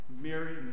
Mary